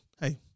hey